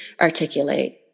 articulate